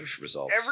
results